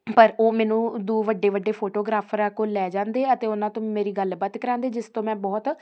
ਪਰ ਉਹ ਮੈਨੂੰ ਦੋ ਵੱਡੇ ਵੱਡੇ ਫੋਟੋਗ੍ਰਾਫਰਾਂ ਕੋਲ ਲੈ ਜਾਂਦੇ ਆ ਅਤੇ ਉਹਨਾਂ ਤੋਂ ਮੇਰੀ ਗੱਲਬਾਤ ਕਰਵਾਉਂਦੇ ਜਿਸ ਤੋਂ ਮੈਂ ਬਹੁਤ